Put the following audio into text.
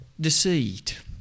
Deceit